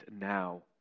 now